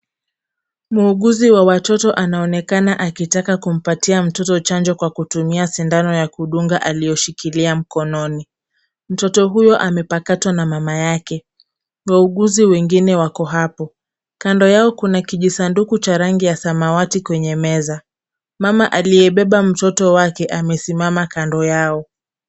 Muuguzi wa watoto anaonekana akitaka kumpatia mtoto chanjo kwa kutumia sindano ya kudunga alioshikilia mkononi. Mtoto huyo amepakatwa na mama yake. Wauguzi wengine wako hapo. Kando yao kuna kijisanduku ya rangi ya samawati kwenye meza. Mama aliyebeba mtoto wake amesimama kando yao.